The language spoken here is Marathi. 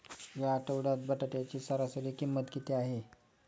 या आठवड्यात बटाट्याची सरासरी किंमत किती आहे?